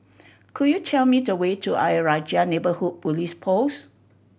could you tell me the way to Ayer Rajah Neighbourhood Police Post